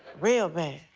real bad.